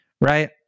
right